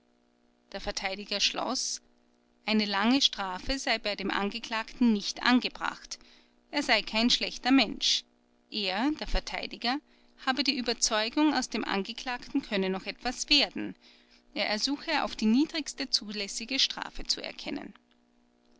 der verteidiger schloß eine lange strafe sei bei dem angeklagten nicht angebracht er sei kein schlechter mensch er verteidiger habe die überzeugung aus dem angeklagten könne noch etwas werden er ersuche auf die niedrigste zulässige strafe zu erkennen